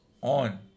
on